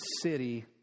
city